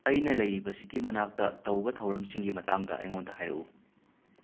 ꯑꯩꯅ ꯂꯩꯔꯤꯕꯁꯤꯒꯤ ꯃꯅꯥꯛꯇ ꯇꯧꯕ ꯊꯧꯔꯝꯁꯤꯡꯒꯤ ꯃꯇꯥꯡꯗ ꯑꯩꯉꯣꯟꯗ ꯍꯥꯏꯔꯎ